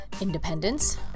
Independence